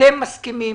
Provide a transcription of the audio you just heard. אתם מקימים